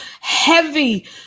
heavy